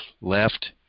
left